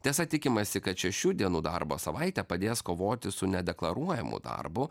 tiesa tikimasi kad šešių dienų darbo savaitė padės kovoti su nedeklaruojamu darbu